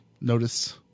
notice